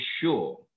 sure